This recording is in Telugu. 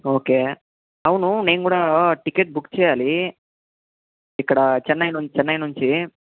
ఓకే అవును నేను కూడా టికెట్ బుక్ చెయ్యాలి ఇక్కడ చెన్నై నుంచి చెన్నై నుంచి